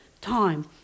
time